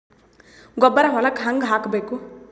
ಗೊಬ್ಬರ ಹೊಲಕ್ಕ ಹಂಗ್ ಹಾಕಬೇಕು?